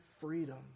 freedom